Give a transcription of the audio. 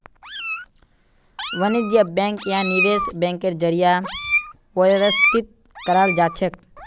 वाणिज्य बैंक या निवेश बैंकेर जरीए व्यवस्थित कराल जाछेक